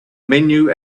menu